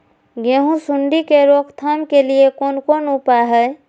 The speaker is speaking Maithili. गेहूँ सुंडी के रोकथाम के लिये कोन कोन उपाय हय?